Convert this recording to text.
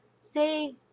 say